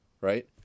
right